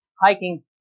hiking